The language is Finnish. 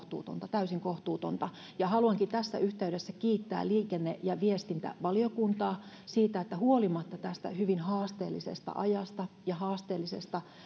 täysin kohtuutonta täysin kohtuutonta haluankin tässä yhteydessä kiittää liikenne ja viestintävaliokuntaa siitä että huolimatta tästä hyvin haasteellisesta ajasta ja haasteellisesta